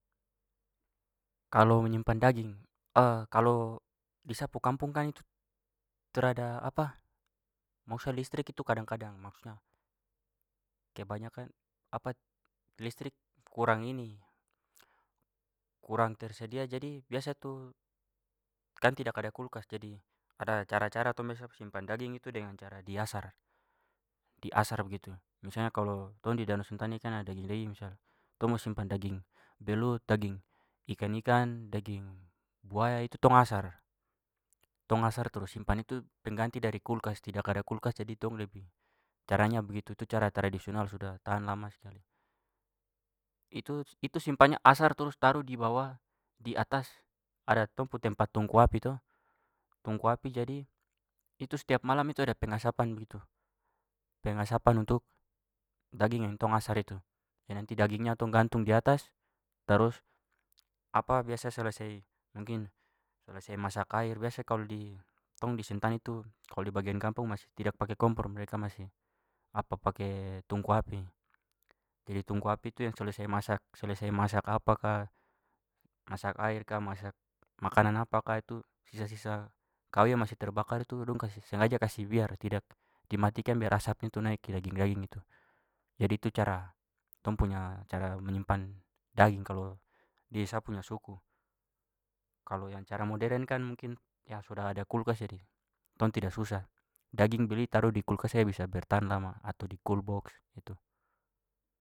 Kalau menyimpan daging kalau di sa pu kampung kan itu trada maksudnya listrik itu kadang-kadang. Maksudnya kebanyakan listik kurang kurang tersedia jadi biasa tu kan tidak ada kulkas jadi ada cara-cara. Tong biasa simpan daging itu dengan cara diasar- diasar begitu. Misalnya kalau tong di danau sentani kan ada misal tong mau simpan daging belut, daging ikan-ikan, daging buaya, itu tong asar, tong asar terus simpan itu pengganti kulkas. Tidak kulkas jadi tong lebih caranya begitu. Itu cara tradisional sudah. Tahan lama sekali. Itu- itu simpannya, asar, terus ditaruh di bawah. Di atas ada tong pu tempat tungku api to- tungku api jadi itu setiap malam itu ada pengasapan begitu, pengasapan untuk daging yang tong asar itu. Jadi nanti dagingnya tong gantung diatas terus biasa selesai mungkin selesai masak air, biasa kalau di tong di sentani itu, kalau di bagian kampung masih- tidak pakai kompor. Mereka masih pakai tungku api. Jadi tungku api tu yang selesai masak- selesai masak apa ka, masak air ka, masak makanan apa ka itu sisa-sisa kayu yang masih terbakar itu dong kasih sengaja kasih biar, tidak dimatikan biar asapnya tu naik ke itu. Jadi itu cara tong punya cara menyimpan daging kalau di sa punya suku. Kalau yang cara modern kan mungkin sudah ada kulkas jadi tong tidak susah. Daging beli taruh di kulkas saja bisa bertahan lama, atau di coolbox gitu.